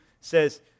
says